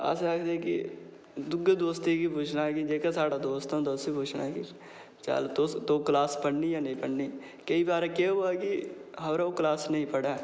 अस आखदे कि दूऐ दोस्तें गी पुच्छना कि जेह्ड़ा साढ़ा दोस्त होंदा उसी पुच्छना कि तूं क्लास पढ़नी कि नेईं पढ़नी केईं बार केह् होआ कि खबरै ओह् क्लास नेईं पढ़े